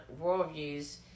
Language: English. worldviews